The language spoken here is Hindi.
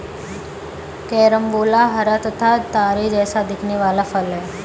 कैरंबोला हरा तथा तारे जैसा दिखने वाला फल है